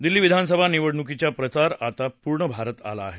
दिल्ली विधानसभा निवडणुकीचा प्रचार आता पूर्ण भरात आला आहे